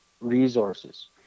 resources